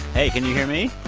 hey. can you hear me?